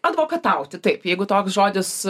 advokatauti taip jeigu toks žodis